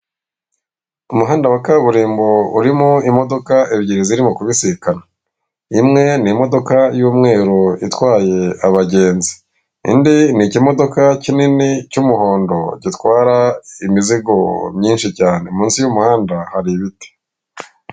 Umuhanda wa kaburimbo urimo imodoka ebyiri zirimo kubisikana, imwe ni imodoka y'umweru itwaye abagenzi, indi ni ikimodoka kinini cy'umuhondo gitwara imizigo myinshi cyane, munsi y'umuhanda hari ibiti.